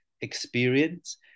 experience